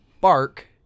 bark